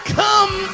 come